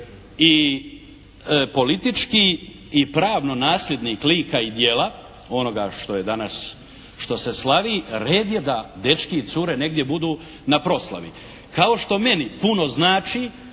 i politički i pravno nasljednik lika i djela onoga što je danas, što se slavi, red je da dečki i cure negdje budu na proslavi. Kao što meni puno znači